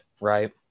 Right